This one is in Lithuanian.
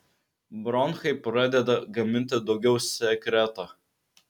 bronchai pradeda gaminti daugiau sekreto